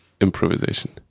improvisation